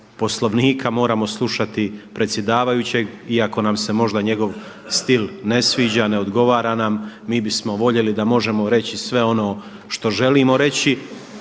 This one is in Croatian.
Poslovnika, moramo slušati predsjedavajućeg iako nam se možda njegov stil ne sviđa, ne odgovara nam, mi bismo voljeli da možemo reći sve ono što želimo reći